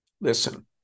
listen